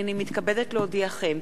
הנני מתכבדת להודיעכם,